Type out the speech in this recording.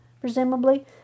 presumably